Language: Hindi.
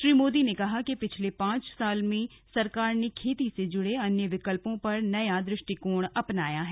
श्री मोदी ने कहा कि पिछले पांच साल में सरकार ने खेती से जुड़े अन्य विकल्पों पर नया दृष्टिकोण अपनाया है